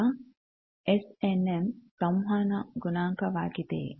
ಈಗ S N M ಸಂವಹನ ಗುಣಾಂಕವಾಗಿದೆಯೇ